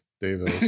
David